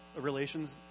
relations